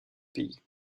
pays